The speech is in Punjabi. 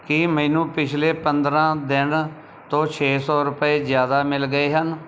ਕੀ ਮੈਨੂੰ ਪਿਛਲੇ ਪੰਦਰਾਂ ਦਿਨ ਤੋਂ ਛੇ ਸੌ ਰੁਪਏ ਜ਼ਿਆਦਾ ਮਿਲ ਗਏ ਹਨ